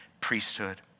priesthood